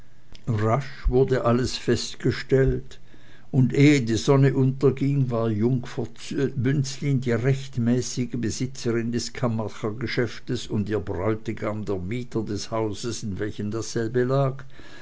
rasch wurde alles festgestellt und ehe die sonne unterging war jungfer bünzlin die rechtmäßige besitzerin des kammachergeschäfts und ihr bräutigam der mieter des hauses in welchem dasselbe lag